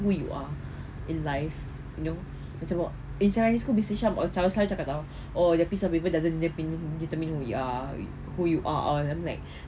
who you are in life you know macam eh sekarang ni school decision um aku selalu cakap [tau] oh tapi some people doesn't mean determine who we are who you are oh I'm like